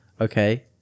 Okay